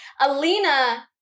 Alina